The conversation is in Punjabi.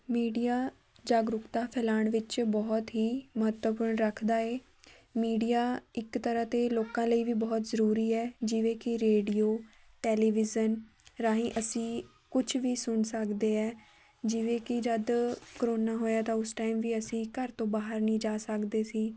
ਮੀਡੀਆ ਜਾਗਰੂਕਤਾ ਫੈਲਾਉਣ ਵਿੱਚ ਬਹੁਤ ਹੀ ਮਹੱਤਵਪੂਰਨ ਰੱਖਦਾ ਏ ਮੀਡੀਆ ਇੱਕ ਤਰ੍ਹਾਂ ਤਾਂ ਲੋਕਾਂ ਲਈ ਵੀ ਬਹੁਤ ਜ਼ਰੂਰੀ ਹੈ ਜਿਵੇਂ ਕਿ ਰੇਡੀਓ ਟੈਲੀਵਿਜ਼ਨ ਰਾਹੀਂ ਅਸੀਂ ਕੁਝ ਵੀ ਸੁਣ ਸਕਦੇ ਹੈ ਜਿਵੇਂ ਕਿ ਜਦ ਕਰੋਨਾ ਹੋਇਆ ਤਾਂ ਉਸ ਟਾਈਮ ਵੀ ਅਸੀਂ ਘਰ ਤੋਂ ਬਾਹਰ ਨਹੀਂ ਜਾ ਸਕਦੇ ਸੀ